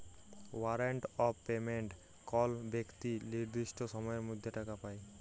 warrant of payment কল বেক্তি লির্দিষ্ট সময়ের মধ্যে টাকা পায়